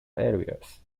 areas